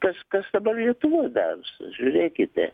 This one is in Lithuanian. kas kas dabar lietuvoj darosi žiūrėkite